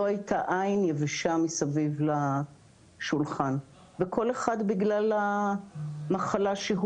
לא הייתה עין יבשה מסביב לשולחן וכל אחד בגלל המחלה שהוא